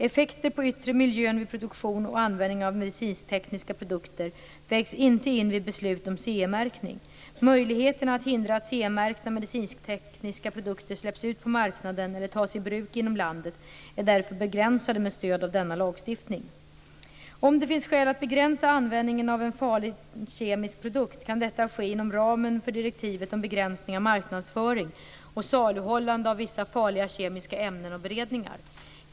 Effekter på yttre miljön vid produktion och användning av medicintekniska produkter vägs inte in vid beslut om CE-märkning. Möjligheterna att hindra att CE-märkta medicintekniska produkter släpps ut på marknaden eller tas i bruk inom landet är därför begränsade med stöd av denna lagstiftning. Om det finns skäl att begränsa användningen av en farlig kemisk produkt, kan detta ske inom ramen för direktivet om begränsning av marknadsföring och saluhållande av vissa farliga kemiska ämnen och beredningar .